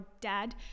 dad